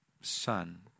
son